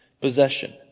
possession